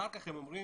אחר כך הם אומרים,